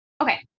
Okay